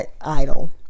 idol